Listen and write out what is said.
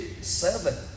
seven